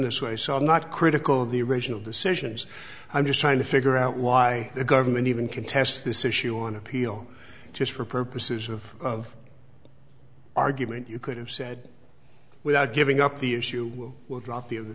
this way so i'm not critical of the original decisions i'm just trying to figure out why the government even contest this issue on appeal just for purposes of argument you could have said without giving up the issue will drop the of the